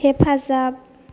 हेफाजाब